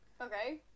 Okay